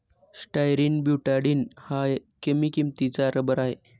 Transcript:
styrene butadiene हा कमी किंमतीचा रबर आहे